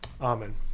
Amen